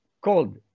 called